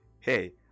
hey